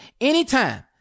anytime